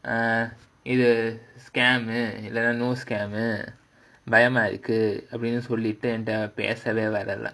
uh இது:idhu scam uh no scam பயமா இருக்கு அப்டினு சொல்லிட்டு என் கிட்ட பேசவே வரல:bayamaa irukku apdinu sollittu en kitta pesavae varala